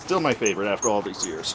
still my favorite after all these years